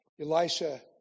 Elisha